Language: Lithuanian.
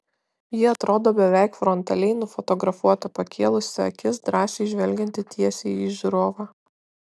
ji atrodo beveik frontaliai nufotografuota pakėlusi akis drąsiai žvelgianti tiesiai į žiūrovą